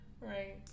Right